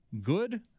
good